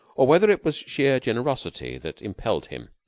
or whether it was sheer generosity that impelled him,